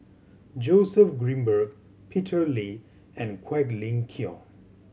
Joseph Grimberg Peter Lee and Quek Ling Kiong